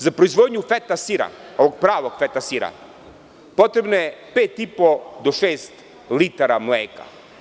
Za proizvodnju feta sira, ovog pravog feta sira, potrebno je pet i po do šest litara mleka.